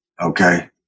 okay